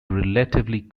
relatively